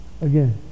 again